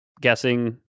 guessing